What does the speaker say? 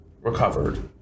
recovered